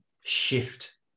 shift